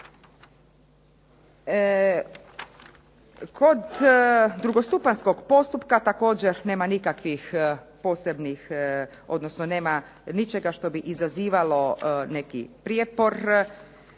Kod drugostupanjskog postupka također nema nikakvih posebnih, odnosno nema ničega što bi izazivalo neki prijepor,